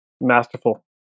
masterful